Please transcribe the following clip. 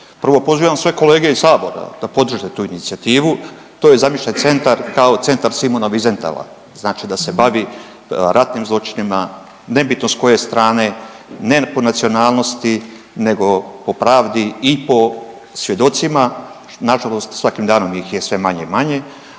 Prvo pozivam sve kolege iz sabora da podrže tu inicijativu. To je zamišljen centra kao centar Simona Wiesenthala znači da se bavi ratnim zločinima nebitno s koje strane, ne po nacionalnosti nego po pravdi i po svjedocima, nažalost svakim danom ih je sve manje i manje,